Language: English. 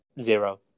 zero